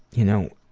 you know,